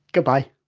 goodbye!